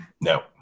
No